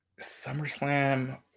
SummerSlam